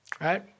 right